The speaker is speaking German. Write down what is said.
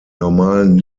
normalen